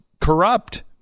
corrupt